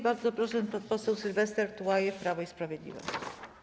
Bardzo proszę, pan poseł Sylwester Tułajew, Prawo i Sprawiedliwość.